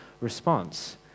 response